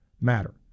matter